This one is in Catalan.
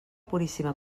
puríssima